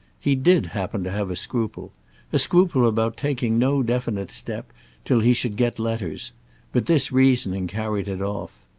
he did happen to have a scruple a scruple about taking no definite step till he should get letters but this reasoning carried it off.